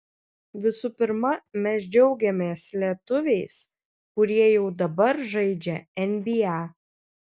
visų pirma mes džiaugiamės lietuviais kurie jau dabar žaidžia nba